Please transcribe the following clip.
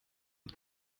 und